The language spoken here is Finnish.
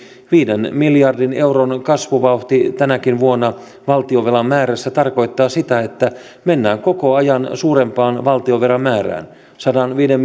viiden miljardin euron kasvuvauhti tänäkin vuonna valtionvelan määrässä tarkoittaa sitä että mennään koko ajan suurempaan valtionvelan määrään sadanviiden